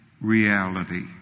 reality